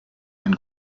ein